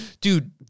Dude